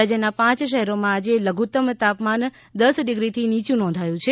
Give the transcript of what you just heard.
રાજ્યના પાંચ શહેરોમાં આજે લધુત્તમ તાપમાન દસ ડિગ્રીથી નીયું નોંધાયું છે